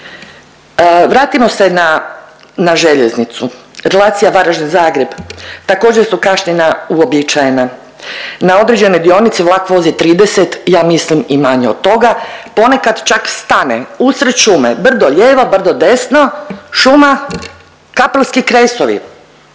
Vratimo se na, na željeznicu. Relacija Varaždin – Zagreb, također su kašnjenja uobičajena. Na određenoj dionici vlak vozi 30, ja mislim i manje od toga, ponekad čak stane usred šume, brdo lijevo, brdo desno, šuma, Kapelski kresovi,